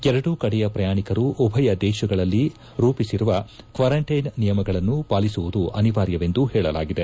ಎರಡೂ ಕಡೆಯ ಪ್ರಯಾಣಿಕರು ಉಭಯ ದೇಶಗಳಲ್ಲಿ ರೂಪಿಸಿರುವ ಕ್ನಾರಂಟೈನ್ ನಿಯಮಗಳನ್ನು ಪಾಲಿಸುವುದು ಅನಿವಾರ್ಯವೆಂದು ಹೇಳಲಾಗಿದೆ